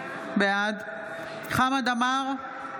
בעד חמד עמאר,